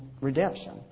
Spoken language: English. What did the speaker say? redemption